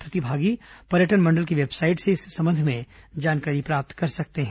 प्रतिभागी पर्यटन मंडल की वेबसाइट से इस संबंध में जानकारी प्राप्त कर सकते हैं